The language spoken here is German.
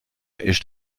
ist